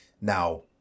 Now